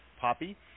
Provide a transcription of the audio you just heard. Poppy